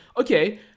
okay